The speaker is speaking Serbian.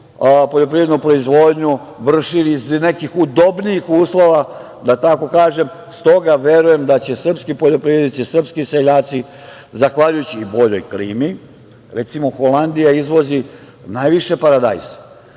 poljoprivrednu proizvodnju vršili iz nekih udobnijih uslova, da tako kažem. Stoga verujem da će srpski poljoprivrednici, srpski seljaci, zahvaljujući boljoj klimi, recimo, Holandija izvozi najviše paradajz,